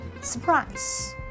surprise